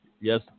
Yes